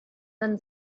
then